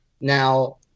Now